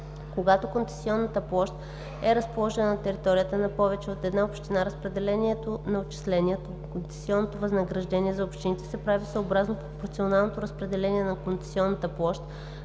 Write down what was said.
Когато концесионната площ е разположена на територията на повече от една община, разпределението на отчисленията от концесионното възнаграждение за общините се прави съобразно пропорционалното разпределение на концесионната площ